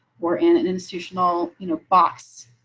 we're in an institutional you know box.